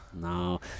No